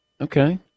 okay